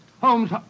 Holmes